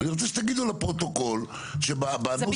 אני רוצה שתגידו לפרוטוקול,